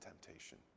temptation